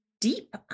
deep